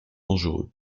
dangereux